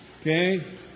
Okay